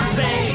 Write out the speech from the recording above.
say